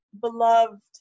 beloved